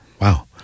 Wow